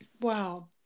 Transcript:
wow